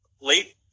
late